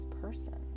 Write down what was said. person